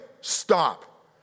stop